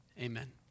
Amen